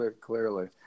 Clearly